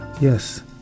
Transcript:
yes